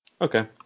Okay